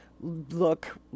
look